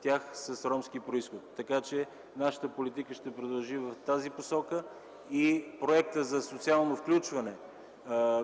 тях с ромски произход. Нашата политика ще продължи в тази посока и Проектът за социално включване,